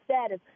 status